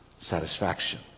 satisfaction